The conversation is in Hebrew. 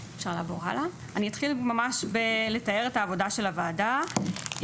אני אתחיל ממש בלתאר את העבודה של הוועדה,